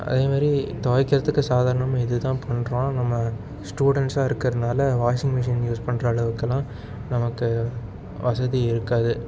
அதே மாதிரி துவைக்கிறதுக்கு சாதாரணமாக இதுதான் பண்ணுறோம் நம்ம ஸ்டூடண்ட்ஸாக இருக்கிறனால வாஷிங்மிஷின் யூஸ் பண்ணுற அளவுக்கெலாம் நமக்கு வசதி இருக்காது